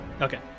Okay